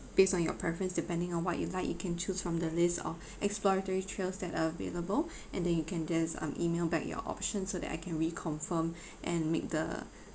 based on your preference depending on what you like you can choose from the list of exploratory trails that are available and then you can just um email back your options so that I can reconfirm and make the